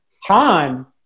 Han